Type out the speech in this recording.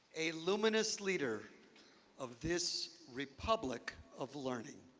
a luminous leader of this republic of learning,